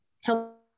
help